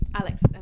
Alex